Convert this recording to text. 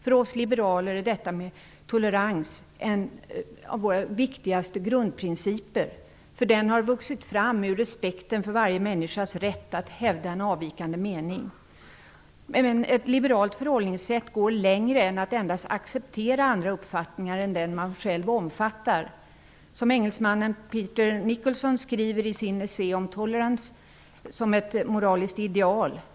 För oss liberaler är toleransen en av de viktigaste grundprinciperna. Den har vuxit fram ur respekten för varje människas rätt att hävda en avvikande mening. Men ett liberalt förhållningssätt går längre än att endast acceptera andra uppfattningar än den som man själv omfattar. Det är som engelsmannan Peter Nicholson skriver i sin essä om tolerans som ett moraliskt ideal.